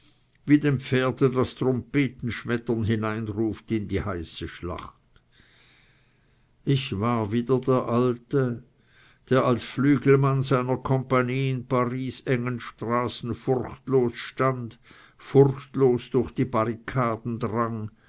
wie dem pferde das trompetenschmettern hineinruft in die heiße schlacht ich war wieder der alte der als flügelmann seiner compagnie in paris engen straßen furchtlos stand furchtlos durch die barrikaden drang